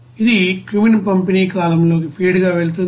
ఇది క్యూమెన్ పంపిణీ కాలమ్లోకి ఫీడ్గా వెళ్తుంది